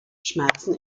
schmerzen